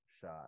shot